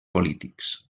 polítics